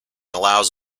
allows